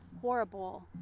horrible